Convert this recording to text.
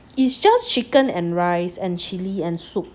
it's just chicken and rice and chilli and soup